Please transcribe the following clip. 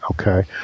Okay